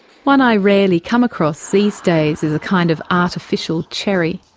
one i really come across these days is a kind of artificial cherry.